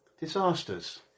Disasters